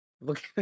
Look